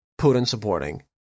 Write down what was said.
Putin-supporting